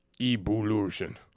Evolution